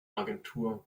agentur